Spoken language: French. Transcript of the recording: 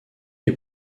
est